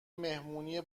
مهمونی